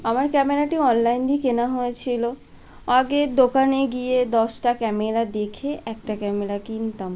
আমার ক্যামেরাটি অনলাইন দিয়ে কেনা হয়েছিলো আগে দোকানে গিয়ে দশটা ক্যামেরা দেখে একটা ক্যামেরা কিনতাম